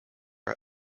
are